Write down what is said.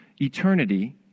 eternity